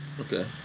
okay